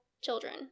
children